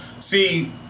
See